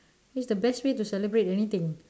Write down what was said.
it's the best way to celebrate anything